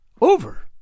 Over